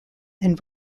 and